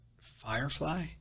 Firefly